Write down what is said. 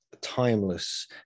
timeless